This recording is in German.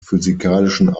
physikalischen